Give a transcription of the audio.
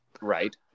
Right